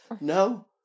no